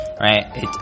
right